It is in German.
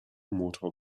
motor